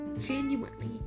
genuinely